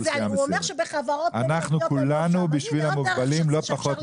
זוהי עוד דרך שבה אפשר לגבות אותם.